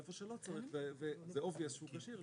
והיכן שלא צריך וברור שהוא כשיר,